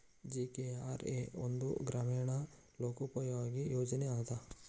GKRA ಒಂದ ಗ್ರಾಮೇಣ ಲೋಕೋಪಯೋಗಿ ಯೋಜನೆ ಅದ